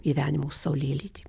gyvenimo saulėlydį